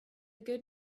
good